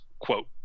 quote